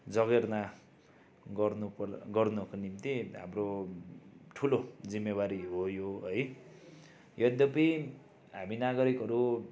जगेर्ना गर्नु पर गर्नुको निम्ति हाम्रो ठुलो जिम्मेवारी हो यो है यद्यपि हामी नागारिकहरू